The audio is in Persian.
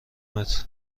متر